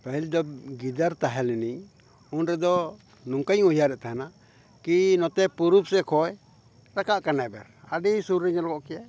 ᱯᱟᱹᱦᱤᱞ ᱡᱚᱵ ᱜᱤᱫᱟᱹᱨ ᱛᱟᱦᱮᱸ ᱞᱤᱱᱟᱹᱧ ᱩᱱ ᱨᱮᱫᱚ ᱱᱚᱝᱠᱟᱧ ᱩᱭᱦᱟᱹᱨᱮᱫ ᱛᱟᱦᱮᱱᱟ ᱠᱤ ᱱᱚᱛᱮ ᱯᱩᱨᱩᱵ ᱥᱮᱫ ᱠᱷᱚᱱ ᱨᱟᱠᱟᱵ ᱠᱟᱱᱟᱭ ᱵᱮᱨ ᱟᱹᱰᱤ ᱥᱩᱨ ᱨᱮ ᱧᱮᱞᱚᱜ ᱠᱮᱭᱟᱭ